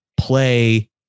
play